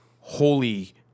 Holy